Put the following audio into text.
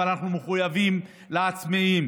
אבל אנחנו מחויבים לעצמאים.